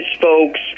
folks